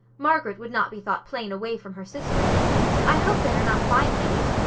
margaret would not be thought plain away from her sister i hope they are not fine ladies.